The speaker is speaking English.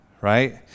right